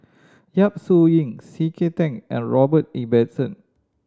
Yap Su Yin C K Tang and Robert Ibbetson